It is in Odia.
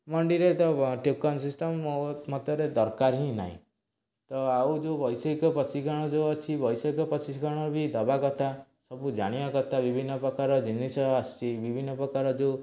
ମଣ୍ଡିରେ ତ ଟୋକନ ସିଷ୍ଟମ୍ ମୋ ମତରେ ଦରକାର ହିଁ ନାହିଁ ତ ଆଉ ଯେଉଁ ବୈଷୟିକ ପ୍ରଶିକ୍ଷଣ ଯେଉଁ ଅଛି ବୈଷୟିକ ପ୍ରଶିକ୍ଷଣ ବି ଦେବା କଥା ସବୁ ଜାଣିବା କଥା ବିଭିନ୍ନ ପ୍ରକାର ଜିନିଷ ଆସୁଛି ବିଭିନ୍ନ ପ୍ରକାର ଯେଉଁ